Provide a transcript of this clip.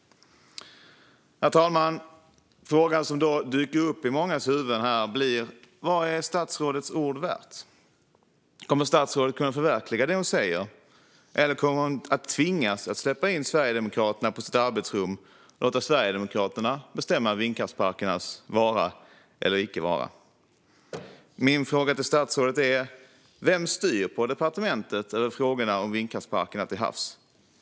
Herr talman! Frågan som då dyker upp i mångas huvuden blir: Vad är statsrådets ord värda? Kommer statsrådet att kunna förverkliga det hon säger, eller kommer hon att tvingas att släppa in Sverigedemokraterna på sitt arbetsrum och låta Sverigedemokraterna bestämma över vindkraftsparkernas vara eller icke vara? Min fråga till statsrådet är: Vem styr på departementet över frågorna om vindkraftsparkerna till havs?